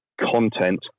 content